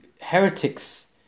heretics